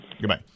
Goodbye